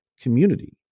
community